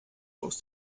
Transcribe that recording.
aus